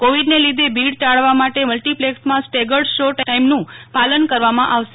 કોવિડને લીધે ભીડ ટાળવા માટે મલ્ટિપ્લેક્સમાં સ્ટેગર્ડશો ટાઇમનું પાલન કરવામાં આવશે